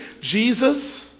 Jesus